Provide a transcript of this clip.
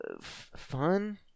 fun